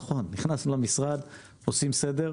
נכון, נכנסנו למשרד, עושים סדר.